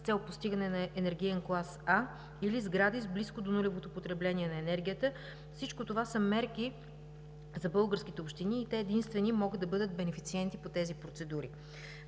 с цел постигане на енергиен клас „А“ или сгради с близко до нулевото потребление на енергията. Всичко това са мерки за българските общини и те единствени могат да бъдат бенефициенти по тези процедури.